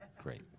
Great